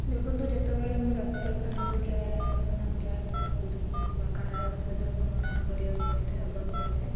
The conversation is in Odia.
ଦେଖନ୍ତୁ ଯେତେବେଳେ ମୁଁ ଡକ୍ଟରଖାନାକୁ ଯାଏ ଡାକ୍ତରଖାନାକୁ ଯାଏ ମୋତେ ବହୁତ ପ୍ରକାରର ଅସୁବିଧାର ସମ୍ମୁଖୀନ କରିବାକୁ ପଡ଼ିଥାଏ ହେବାକୁ ପଡ଼ିଥାଏ